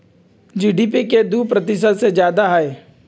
GDP के दु प्रतिशत से जादा हई